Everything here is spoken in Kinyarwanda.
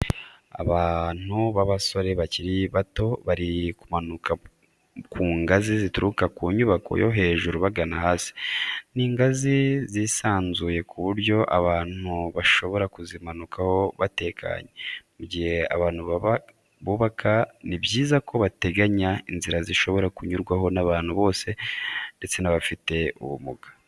Abantu b'abasore bakiri bato bari kumanuka ku ngazi zituruka mu nyubako yo hejuru bagana hasi, ni ingazi zisanzuye ku buryo abantu bashobora kuzimanukaho batekanye. Mu gihe abantu bubaka ni byiza ko bateganya inzira zishobora kunyurwaho n'abantu bose ndetse n'abafite ubumuga.